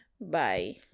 Bye